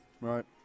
Right